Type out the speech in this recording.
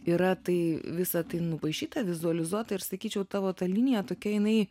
yra tai visa tai nupaišyta vizualizuota ir sakyčiau tavo ta linija tokia jinai